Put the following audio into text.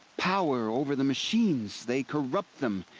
power over the machines, they corrupt them.